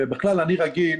בכלל, אני רגיל